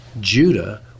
Judah